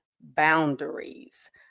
boundaries